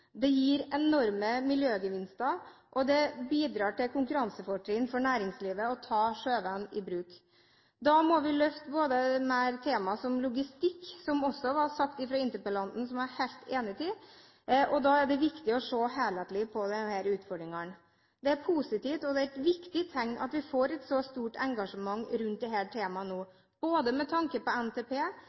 det gir enorme miljøgevinster, og det bidrar til konkurransefortrinn for næringslivet å ta sjøveien i bruk. Da må vi løfte temaet logistikk mer, som også var sagt av interpellanten, og som jeg er helt enig i, og da er det viktig å se helhetlig på disse utfordringene. Det er positivt, og det er et viktig tegn at vi får et så stort engasjement rundt dette temaet nå, både med tanke på